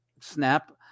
Snap